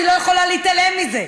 אני לא יכולה להתעלם מזה.